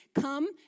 Come